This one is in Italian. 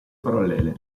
parallele